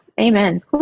Amen